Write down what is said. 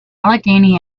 allegheny